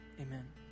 amen